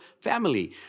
family